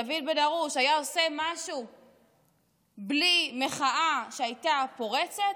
דוד בן הרוש היה עושה משהו בלי מחאה שהייתה פורצת?